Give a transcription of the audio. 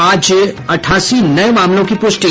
आज अठासी नये मामलों की पुष्टि